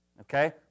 okay